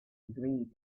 agreed